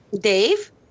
Dave